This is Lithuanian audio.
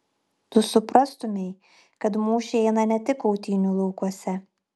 tu suprastumei kad mūšiai eina ne tik kautynių laukuose